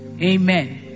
amen